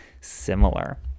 similar